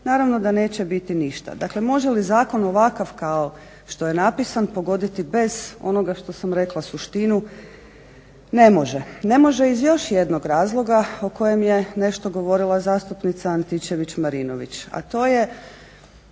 naravno da neće biti ništa. Dakle, može li zakon ovakav kao što je napisan pogoditi bez onoga što sam rekla suštinu? Ne može. Ne može iz još jednog razloga o kojem je nešto govorila zastupnica Antičević-Marinović, a to je